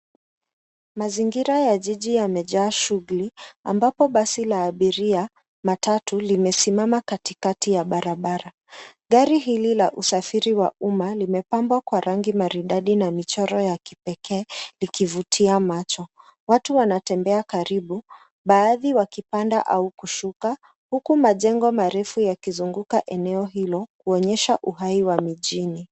Mazingira ya jiji yamejaa shughuli ambapo basi la abiria, matatu limesimama katikati ya barabara. Gari hili la usafiri wa umma limepambwa kwa rangi maridadi na michoro ya kipekee likivutia macho. Watu wanatembea karibu baadhi wakipanda au kushuka huku majengo marefu yakizunguka eneo hilo kuonyesha uhai wa mijini.